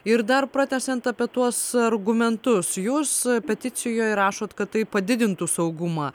ir dar pratęsiant apie tuos argumentus jūs peticijoje rašot kad tai padidintų saugumą